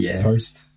post